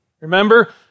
Remember